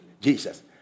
jesus